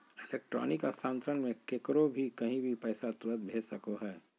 electronic स्थानान्तरण मे केकरो भी कही भी पैसा तुरते भेज सको हो